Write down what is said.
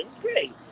great